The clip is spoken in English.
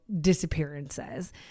disappearances